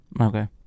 okay